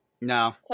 No